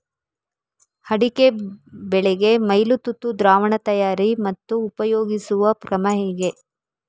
ಅಡಿಕೆ ಬೆಳೆಗೆ ಮೈಲುತುತ್ತು ದ್ರಾವಣ ತಯಾರಿ ಮತ್ತು ಉಪಯೋಗಿಸುವ ಕ್ರಮ ಹೇಗೆ?